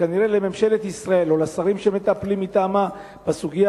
וכנראה לממשלת ישראל או לשרים שמטפלים מטעמה בסוגיה